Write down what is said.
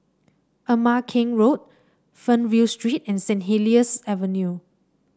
Ama Keng Road Fernvale Street and Saint Helier's Avenue